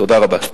תודה רבה.